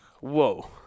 Whoa